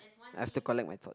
I have to collect my thought